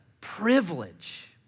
privilege